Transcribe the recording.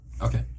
Okay